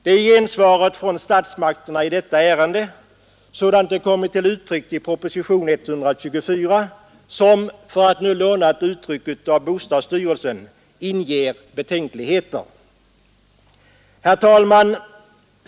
Det är gensvaret från statsmakterna i detta ärende, sådant det kommit till uttryck i propositonen, som — för att nu låna ett uttryck från bostadsstyrelsen inger betänkligheter. Herr talman!